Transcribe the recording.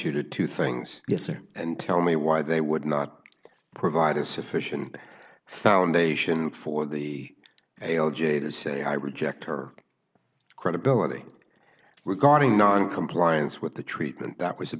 you to two things yes or and tell me why they would not provide a sufficient foundation for the hail j to say i reject her credibility regarding noncompliance with the treatment that was a